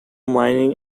mining